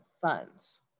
funds